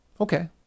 okay